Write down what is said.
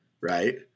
right